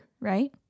right